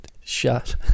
shot